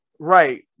Right